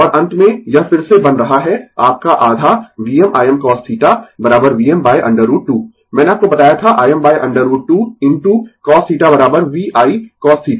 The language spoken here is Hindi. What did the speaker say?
और अंत में यह फिर से बन रहा है आपका आधा VmImcos θ Vm √ 2 मैंने आपको बताया था Im √ 2 into cos θ V Icos θ